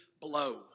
blow